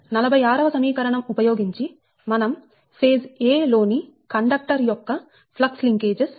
46 వ సమీకరణం ఉపయోగించి మనం ఫేజ్a లోని కండక్టర్ యొక్క ఫ్లక్స్ లింకేజెస్ 0